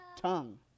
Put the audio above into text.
tongue